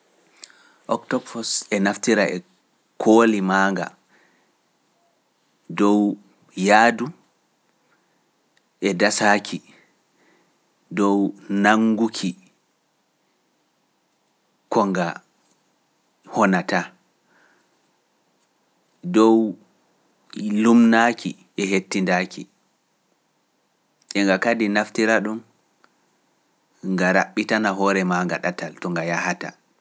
Octopus e naftira e kooli maa nga dow yaadu e dasaaki, dow nannguki ko nga honataa, dow lumnaaki e hettindaaki, e nga kadi naftira ɗum nga raɓɓitana hoore maanga ɗatal to nga yahata.